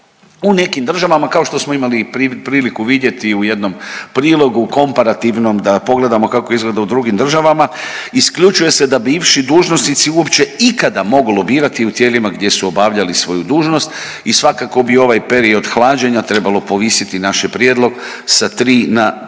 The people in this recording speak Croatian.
U nekim državama, kao što imali priliku vidjeti u jednom prilogu, komparativnom, da pogledamo kako izgleda u drugim državama, isključuje se da bivši dužnosnici uopće ikada mogu lobirati u tijelima gdje su obavljali svoju dužnost i svakako bi ovaj period hlađenja trebalo povisiti, naš je prijedlog sa 3 na minimalno